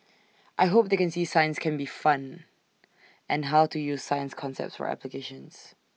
I hope they can see science can be fun and how to use science concepts for applications